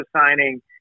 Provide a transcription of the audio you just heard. signing